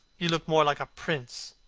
you look more like a prince.